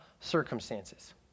circumstances